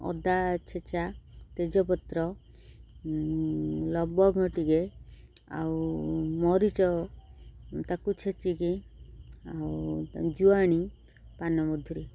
ଅଦା ଛେଚା ତେଜପତ୍ର ଲବଙ୍ଗ ଟିକେ ଆଉ ମରିଚ ତାକୁ ଛେଚିକି ଆଉ ଜୁଆଣି ପାନମଧୁରି